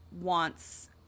wants